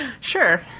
sure